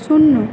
শূন্য